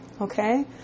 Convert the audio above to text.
Okay